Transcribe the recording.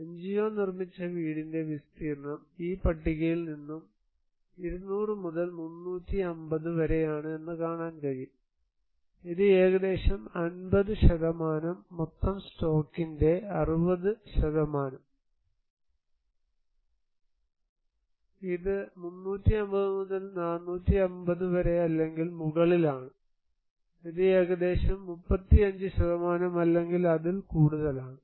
NGO നിർമ്മിച്ച വീടിന്റെ വിസ്തീർണ്ണം ഈ പട്ടികയിൽ നിന്നും 200 മുതൽ 350 വരെ എന്ന് കാണാൻ കഴിയും ഇത് ഏകദേശം 50 മൊത്തം സ്റ്റോക്കിന്റെ 60 ഇത് 350 മുതൽ 450 വരെ അല്ലെങ്കിൽ മുകളിലാണ് ഇത് ഏകദേശം 35 അല്ലെങ്കിൽ അതിൽ കൂടുതലാണ്